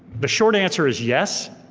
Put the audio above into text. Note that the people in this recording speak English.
the short answer is yes.